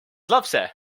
lapse